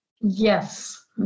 Yes